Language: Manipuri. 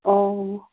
ꯑꯣ